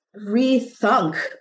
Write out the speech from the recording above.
rethunk